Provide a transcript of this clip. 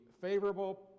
favorable